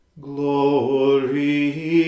Glory